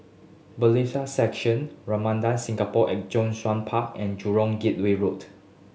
Bailiffs' Section Ramada Singapore at Zhongshan Park and Jurong Gateway Road